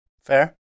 Fair